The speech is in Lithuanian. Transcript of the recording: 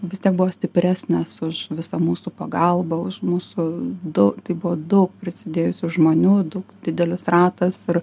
vis tiek buvo stipresnis už visą mūsų pagalbą už mūsų du tai buvo daug prisidėjusių žmonių daug didelis ratas ir